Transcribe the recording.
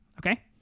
okay